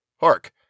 Hark